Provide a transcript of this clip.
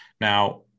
Now